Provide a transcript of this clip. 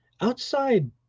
outside